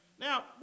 Now